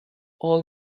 all